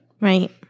Right